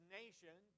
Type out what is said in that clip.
nation